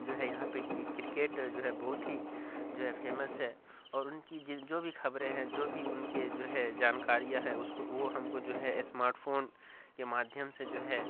جو ہے یہاں پہ کرکٹ جو ہے بہت ہی جو ہے فیمس ہے اور ان کی جن جو بھی خبریں ہیں جو بھی ان کے جو ہے جانکاریاں ہیں اس کو وہ ہم کو جو ہے اسمارٹ فون کے مادھیم سے جو ہے